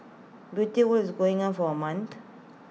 beauty world is going for A month